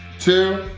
two,